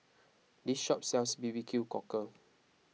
this shop sells B B Q cockle